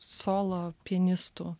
solo pianistų